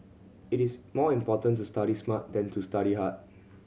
it is more important to study smart than to study hard